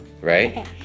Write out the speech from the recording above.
right